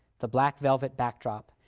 the black velvet backdrop,